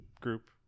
group